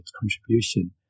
contribution